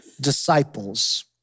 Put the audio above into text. disciples